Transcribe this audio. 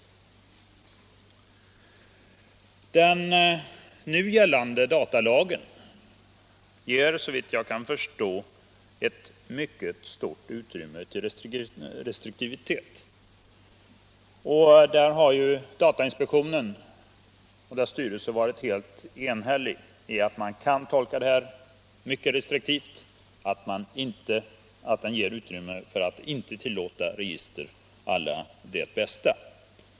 Den nu gällande datalagen ger, såvitt jag förstår, ett mycket stort utrymme för restriktivitet. Datainspektionen och dess styrelse har ju också varit helt eniga om att man kan tolka lagen mycket restriktivt, och att den inte ger möjligheter att tillåta register å la Det Bästa.